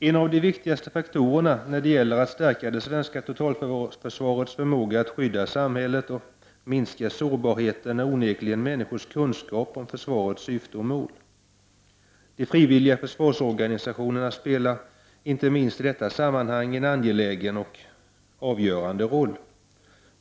En av de viktigaste faktorerna när det gäller att stärka det svenska totalförsvarets förmåga att skydda samhället och minska sårbarheten är onekligen människors kunskap om försvarets syfte och mål. De frivilliga försvarsorganisationerna spelar inte minst i detta sammanhang en angelägen och avgörande roll.